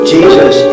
Jesus